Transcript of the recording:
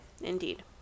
Indeed